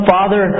Father